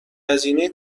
هزینه